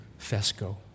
Fesco